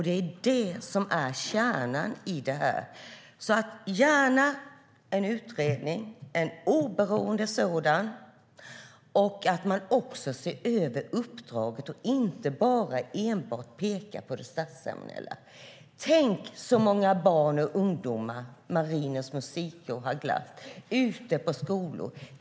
Det är det som är kärnan i detta. Jag ser alltså gärna att det blir en oberoende utredning och att man också ser över uppdraget och inte enbart pekar på det statsceremoniella. Tänk så många barn och ungdomar Marinens Musikkår har glatt ute i skolorna!